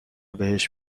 بهش